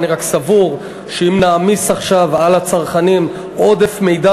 אני רק סבור שאם נעמיס עכשיו על הצרכנים עודף מידע